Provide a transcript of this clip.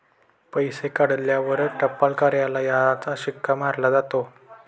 पैसे काढल्यावर टपाल कार्यालयाचा शिक्का मारला जातो